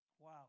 Wow